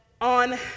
on